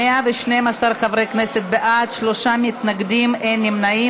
112 חברי כנסת בעד, שלושה מתנגדים, אין נמנעים.